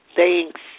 Thanks